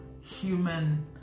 human